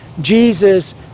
Jesus